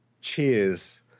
cheers